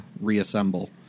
reassemble